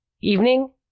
evening